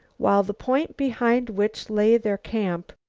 while the point, behind which lay their camp,